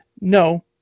No